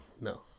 No